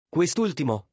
Quest'ultimo